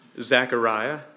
Zechariah